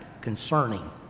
concerning